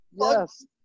yes